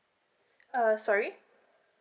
uh sorry